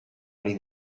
ari